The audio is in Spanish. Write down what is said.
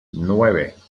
nueve